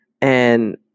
And-